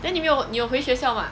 then 你没有你有回学校吗